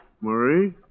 Marie